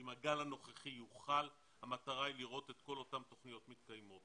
אם הגל הנוכחי יוכל המטרה היא לראות את כל אותן תוכניות מתקיימות.